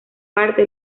parte